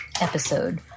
episode